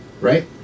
Right